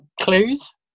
clues